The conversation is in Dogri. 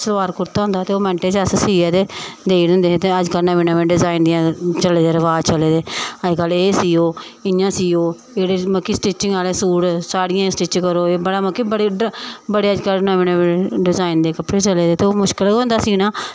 सलवार कुर्ता होंदा हा ते ओह् अस मैंटे च सियै ते देई ओड़दे दे होंदे हे ते अज्जकल नमें नमें डिजाइन दियां चले दे रवाज़ चले दे अज्जकल एह् सियो इयां सियो मतलब कि स्टिचिंग आह्ले सूट साड़ियें गी स्टिच करो एह् बड़ा मतलब कि बड़े अज्जकल नमें नमें डिजाइन दे कपड़े चले दे ते ओह् मुश्कल गै होंदा सीना